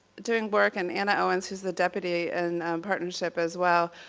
doing work, and anna owens is the deputy, and partnership as well,